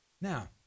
Now